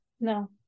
No